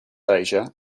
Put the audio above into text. asia